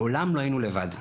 לעולם לא היינו לבד.